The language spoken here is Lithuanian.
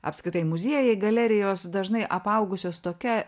apskritai muziejai galerijos dažnai apaugusios tokia